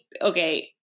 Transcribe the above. okay